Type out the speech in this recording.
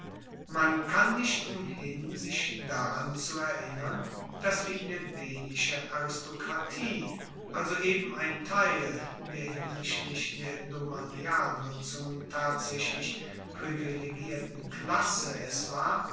man kann nicht umhin sich daran zu erinnern dass die plebejische aristokratie also eben ein teil der hinsichtlich der domanialnutzungen tatsaechlich privilegierten klasse es war